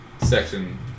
section